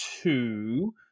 two